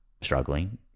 struggling